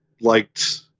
liked